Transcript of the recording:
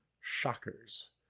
Shockers